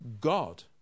God